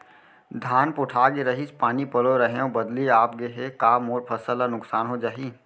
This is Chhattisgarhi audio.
धान पोठागे रहीस, पानी पलोय रहेंव, बदली आप गे हे, का मोर फसल ल नुकसान हो जाही?